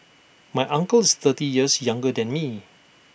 my uncle is thirty years younger than me